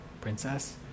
princess